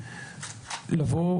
מ-12:00 עד למוחרת.